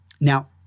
Now